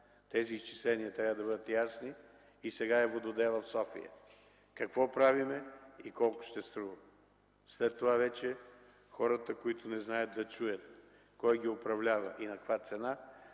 Тези изчисления трябва да бъдат ясни. Сега вододелът е в София! Какво правим и колко ще струва? След това вече хората, които не знаят, да чуят кой ги управлява и на каква цена,